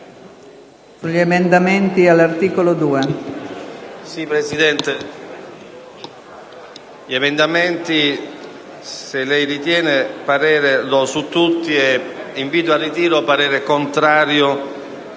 gli emendamenti all'articolo 2,